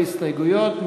ללא הסתייגויות.